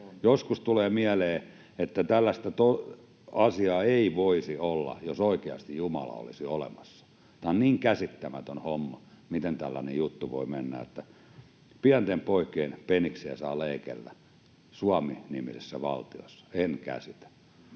Joskus tulee mieleen, että tällaista asiaa ei voisi olla, jos oikeasti Jumala olisi olemassa. Tämä on niin käsittämätön homma, miten tällainen juttu voi mennä, että pienten poikien peniksiä saa leikellä Suomi-nimisessä valtiossa. En käsitä.